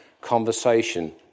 conversation